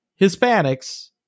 Hispanics